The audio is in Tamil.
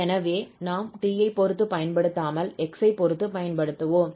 எனவே நாம் t ஐப் பொறுத்து பயன்படுத்தாமல் x ஐப் பொறுத்து பயன்படுத்துவோம்